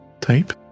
type